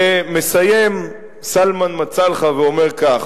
ומסיים סלמאן מצאלחה ואומר כך: